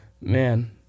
Man